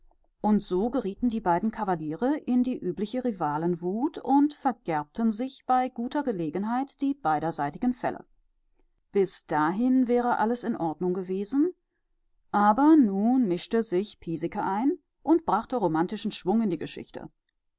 und so gerieten die beiden kavaliere in die übliche rivalenwut und vergerbten sich bei guter gelegenheit die beiderseitigen felle bis dahin wäre alles in ordnung gewesen aber nun mischte sich piesecke ein und brachte romantischen schwung in die geschichte